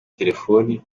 telefoni